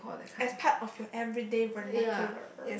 as part of your every day vernacular